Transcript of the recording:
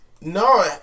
no